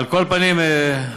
על כל פנים, ביטן,